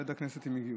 ליד הכנסת הם הגיעו.